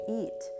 eat